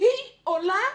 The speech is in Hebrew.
היא עולה,